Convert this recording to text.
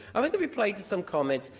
i mean to reply to some comments.